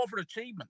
overachievement